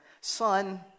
son